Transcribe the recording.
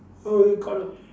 oh he got a